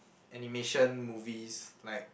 animation movies like